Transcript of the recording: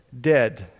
dead